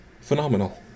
Phenomenal